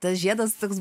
tas žiedas toks